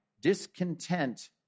discontent